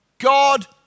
God